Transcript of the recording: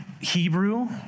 Hebrew